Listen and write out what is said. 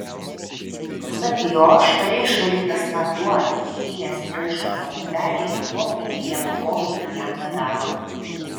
pasak jo švariai išvalytas vanduo atitekėjęs į raišupio upelį jokio neigiamo poveikio jam nedaro